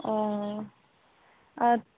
অঁ